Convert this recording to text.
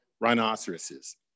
rhinoceroses